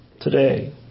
today